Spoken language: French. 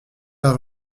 pas